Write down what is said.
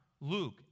Luke